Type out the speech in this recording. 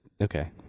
okay